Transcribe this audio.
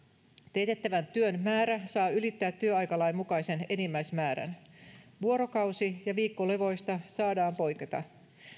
teetettävän työn määrä saa ylittää työaikalain mukaisen enimmäismäärän vuorokausi ja viikkolevoista saadaan poiketa